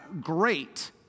great